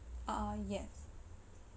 ah yes